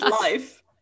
life